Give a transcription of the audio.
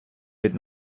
від